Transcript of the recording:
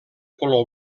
color